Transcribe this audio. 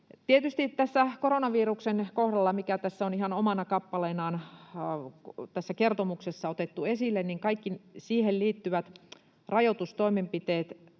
voinut mennä. Koronaviruksen kohdalla, mikä on ihan omana kappaleenaan tässä kertomuksessa otettu esille, tietysti kaikkia siihen liittyviä rajoitustoimenpiteitä